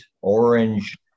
Orange